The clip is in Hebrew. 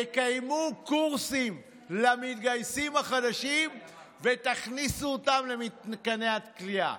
תקיימו קורסים למתגייסים החדשים ותכניסו אותם למתקני הכליאה.